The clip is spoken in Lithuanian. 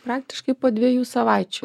praktiškai po dviejų savaičių